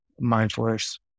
mindfulness